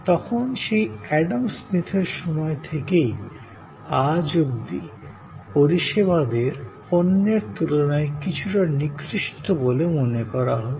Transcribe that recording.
তখন সেই এডাম স্মিথের সময় থেকে আজ অবধি পরিষেবাকে পণ্যর তুলনায় কিছুটা নিকৃষ্ট বলে মনে করা হত